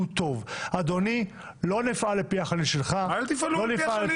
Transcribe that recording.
אמרו שמי שהתחיל בזה זה הממשלה --- אני מנסה להשיב לך על ערעורך.